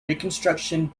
reconstruction